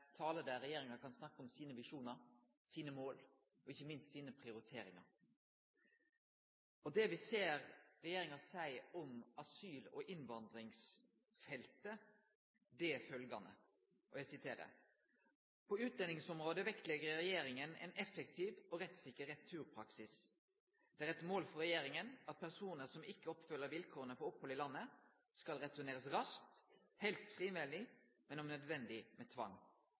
tale der regjeringa kan snakke om sine visjonar, mål og ikkje minst sine prioriteringar. Det me ser regjeringa seier om asyl- og innvandringsfeltet, er følgjande: «På utlendingsområdet vektlegger Regjeringen en effektiv og rettssikker returpraksis. Det er et mål for Regjeringen at personer som ikke oppfyller vilkårene for opphold i landet skal returneres raskt, helst frivillig, men om nødvendig med tvang.»